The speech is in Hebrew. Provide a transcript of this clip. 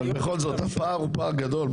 אבל בכל זאת הפער הוא פער גדול.